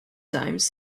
times